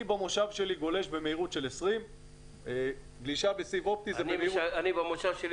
אני במושב שלי גולש במהירות של 20. אני במושב שלי